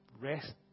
rest